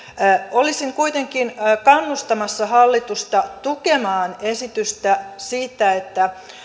olisin kuitenkin kannustamassa hallitusta tukemaan esitystä siitä että